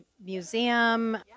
museum